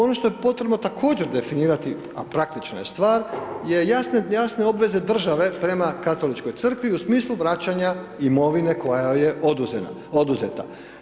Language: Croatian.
Ono što je potrebno također definirati, a praktična je stvar, je jasne obveze države prema Katoličkoj crkvi u smislu vraćanja imovine koja joj je oduzeta.